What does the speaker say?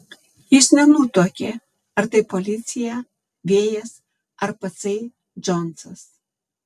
jis nenutuokė ar tai policija vėjas ar patsai džonsas